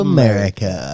America